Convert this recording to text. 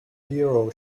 hero